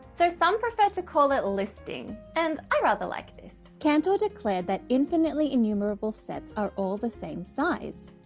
so some prefer to call it listing and i rather like this. cantor declared that infinitely enumerable sets are all the same size.